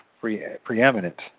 preeminent